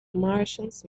martians